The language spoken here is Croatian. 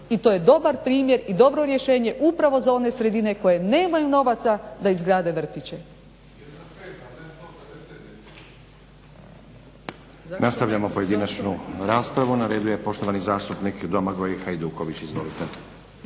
i to je dobar primjer i dobro rješenje upravo za one sredine koje nemaju novaca da izgrade vrtiće.